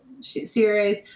series